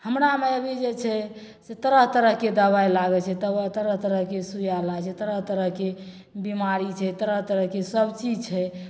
हमरामे अभी जे छै से तरह तरहके दवाइ लाबै छी तरह तरहके सुइया लाबै छै तरह तरह बिमारी छै तरह तरहके सब चीज छै